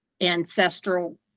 ancestral